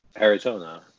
Arizona